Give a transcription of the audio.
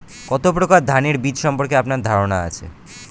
কত প্রকার ধানের বীজ সম্পর্কে আপনার ধারণা আছে?